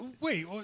Wait